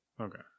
Okay